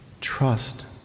Trust